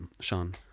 Sean